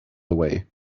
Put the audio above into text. away